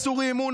אסור אי-אמון,